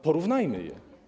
Porównajmy je.